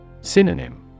Synonym